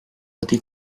ydy